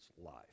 life